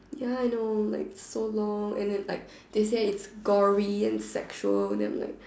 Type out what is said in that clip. ya I know like so long and then like they say it's like gory and sexual then I'm like